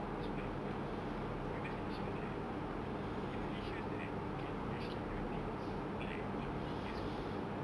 it's quite cool ah because it shows right it really shows that you can acctually do things like not being at school